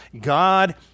God